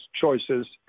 choices